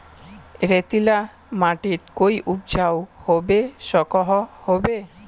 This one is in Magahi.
रेतीला माटित कोई उपजाऊ होबे सकोहो होबे?